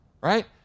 right